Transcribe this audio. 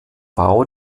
bau